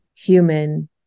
human